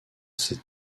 ces